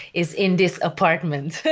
it's in this apartment